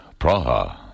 Praha